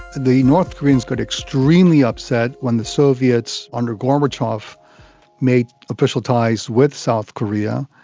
the north koreans got extremely upset when the soviets under gorbachev made official ties with south korea,